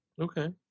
Okay